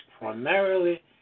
primarily